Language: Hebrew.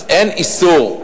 אז אין איסור.